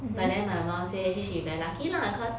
but then my mum say actually she very lucky lah cause